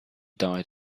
died